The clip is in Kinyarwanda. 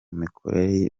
mikorere